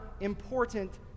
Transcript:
important